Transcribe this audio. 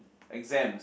exams